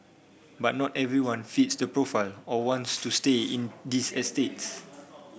but not everyone fits the profile or wants to stay in these estates